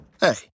Hey